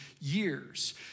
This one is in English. years